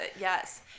Yes